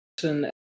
person